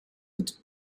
het